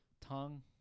tongue